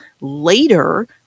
later